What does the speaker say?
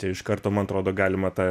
tai iš karto man atrodo galima tą